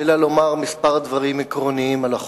אלא לומר כמה דברים עקרוניים על החוק.